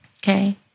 Okay